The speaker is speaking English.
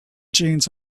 jeans